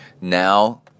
now